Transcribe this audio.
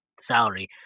salary